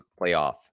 playoff